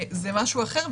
זה משהו אחר.